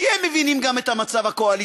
כי הם מבינים גם את המצב הקואליציוני,